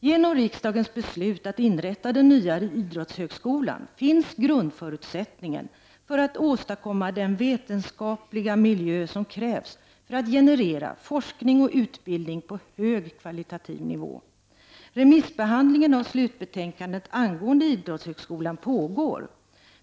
Genom riksdagens beslut att inrätta den nya idrottshögskolan finns grundförutsättningen för att åstadkomma den vetenskapliga miljö som krävs för att generera forskning och utbildning på hög kvalitativ nivå. Remissbehandlingen av slutbetänkandet angående idrottshögskolan pågår.